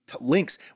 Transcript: links